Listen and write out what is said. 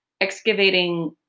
excavating